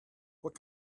what